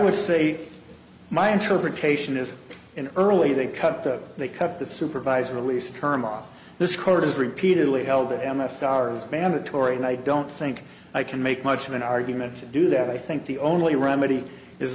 would say my interpretation is in early they cut that they cut the supervised release term off this court has repeatedly held that m s r mandatory and i don't think i can make much of an argument to do that i think the only remedy is